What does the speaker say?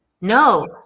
No